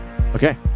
okay